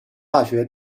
大学